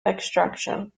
extraction